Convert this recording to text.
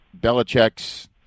Belichick's